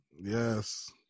Yes